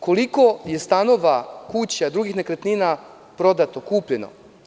Koliko je stanova, kuća, drugih nekretnina, prodato, kupljeno?